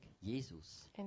Jesus